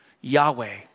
Yahweh